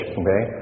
okay